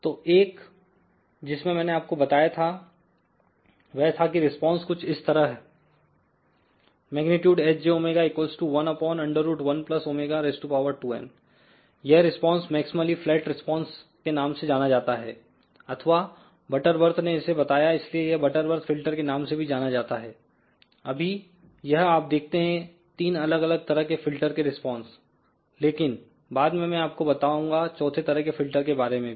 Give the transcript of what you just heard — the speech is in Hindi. तो एक जिसमें मैंने आपको बताया था वह था कि रिस्पांस कुछ इस तरह Hjω112n यह रिस्पांस मैक्समली फ्लैट रिस्पांस के नाम से जाना जाता है अथवा बटरवर्थ ने इसे बताया इसलिए यह बटरवर्थ फिल्टर के नाम से भी जाना जाता है अभी यह आप देखते हैं 3 अलग अलग तरह के फिल्टर के रिस्पांस लेकिन बाद में मैं आपको बताऊंगा चौथे तरह के फिल्टर के बारे में भी